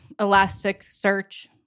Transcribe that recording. Elasticsearch